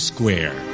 Square